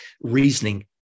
reasoning